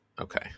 Okay